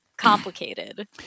complicated